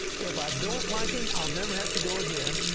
if i don't like him, i'll never have to go again.